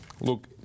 look